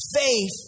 Faith